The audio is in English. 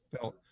felt